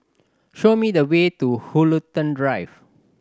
show me the way to Woollerton Drive